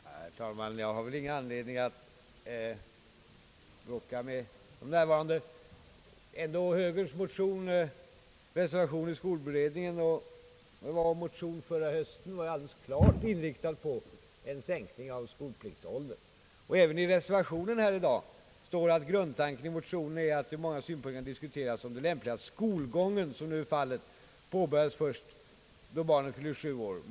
Herr talman! Jag har väl ingen anledning att bråka med de närvarande högerledamöterna. Ändå var högerns motion och reservation i skolberedningen samt deras motion förra hösten alldeles klart inriktad på en sänkning av skolpliktsåldern. Även i reservationen till föreliggande utskottsutlåtande står det: »Grundtanken i motionerna är att det ur många synpunkter kan diskuteras om det är lämpligt att skolgången, som nu är fallet, påbörjas först det år då barnen fyller sju år.